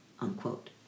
Unquote